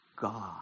God